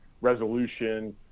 resolution